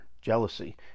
jealousy